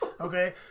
Okay